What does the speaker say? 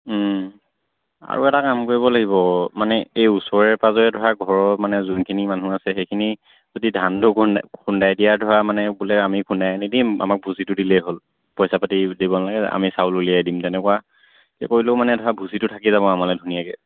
আৰু এটা কাম কৰিব লাগিব মানে এই ওচৰৰে পাঁজৰে ধৰা ঘৰৰ মানে যোনখিনি মানুহ আছে সেইখিনি যদি ধানটো খুন্দাই দিয়াৰ ধৰা মানে বোলে আমি খুন্দাই আনি দিম আমাক ভুচিটো দিলেই হ'ল পইচা পাতি দিব নালাগে আমি চাউল উলিয়াই দিম তেনেকুৱাকৈ কৰিলেও মানে ধৰা ভুচিটো থাকি যাব আমালৈ ধুনীয়াকৈ